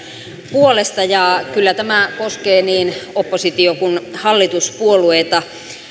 puolesta ja kyllä tämä koskee niin oppositio kuin hallituspuolueita